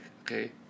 okay